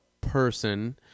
person